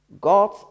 god